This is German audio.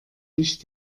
nicht